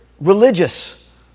religious